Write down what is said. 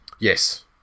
Yes